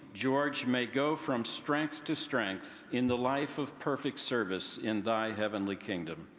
george may go from strength to strength in the life of perfect service in thy heavenly kingdom,